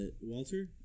Walter